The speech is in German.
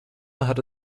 hatte